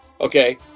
Okay